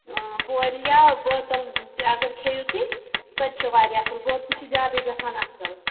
پوٚرِ یا بوتَل تہِ اگر کھیٚیِو تُہۍ سۅ تہِ چھِ واریاہ اَصٕل بوتَلہِ چھِ زیادٕے گژھان اَصٕل